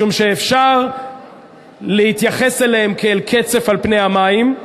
משום שאפשר להתייחס אליהם כאל קצף על פני המים,